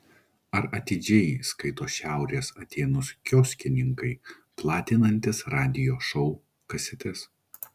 ar atidžiai skaito šiaurės atėnus kioskininkai platinantys radijo šou kasetes